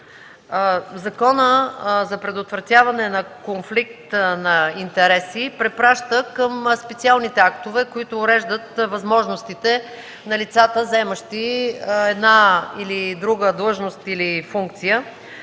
Законът за предотвратяване на конфликт на интереси препраща към специалните актове, които уреждат възможностите на лицата, заемащи една или друга длъжност или функция.